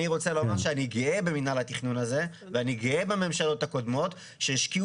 אינ רוצה לומר שאי גאה במינהל התכנון הזה ואני גאה בממשלות הקודמות שהשקיעו